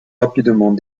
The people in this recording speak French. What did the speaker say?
rapidement